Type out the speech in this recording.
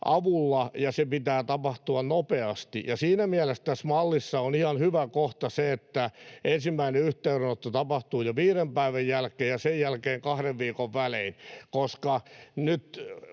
avulla, ja sen pitää tapahtua nopeasti. Siinä mielessä tässä mallissa on ihan hyvä kohta se, että ensimmäinen yhteydenotto tapahtuu jo viiden päivän jälkeen ja sen jälkeen kahden viikon välein. Täytyy